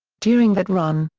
during that run,